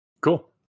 cool